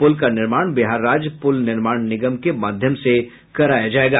पुल का निर्माण बिहार राज्य पुल निर्माण निगम के माध्यम से कराया जायेगा